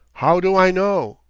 how do i know?